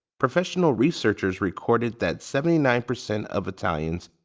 professional researchers recorded that seventy nine percent of italians,